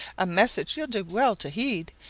a message you'll do well to heed.